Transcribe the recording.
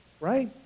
right